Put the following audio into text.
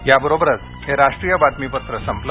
याबरोबरच हे राष्ट्रीय बातमीपत्र संपलं